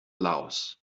laos